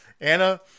Anna